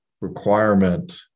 requirement